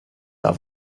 der